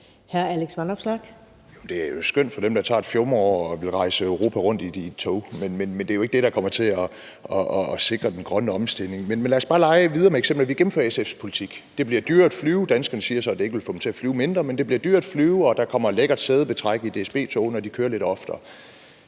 Det er skønt for dem, der tager et fjumreår og vil rejse Europa rundt i et tog, men det er jo ikke det, der kommer til at sikre den grønne omstilling. Men lad os bare lege videre med eksemplet og sige, at vi gennemfører SF's politik: Det bliver dyrere at flyve – danskerne siger så, at det ikke vil få dem til at flyve mindre, men det bliver dyrere at flyve – der kommer lækkert sædebetræk i DSB-togene, og de kører lidt oftere.